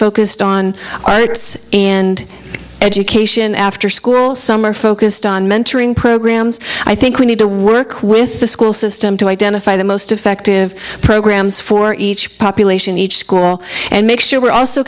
focused on arts and education afterschool summer focused on mentoring programs i think we need to work with the school system to identify the most effective programs for each population each school and make sure we're also